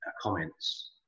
comments